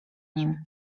nim